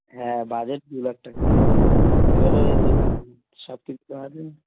হ্যাঁ বাজেট দু লাখ টাকা এবারে সব ঠিক থাকলে